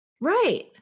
Right